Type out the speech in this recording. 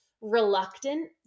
reluctant